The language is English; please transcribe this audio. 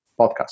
podcast